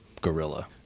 gorilla